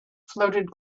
floated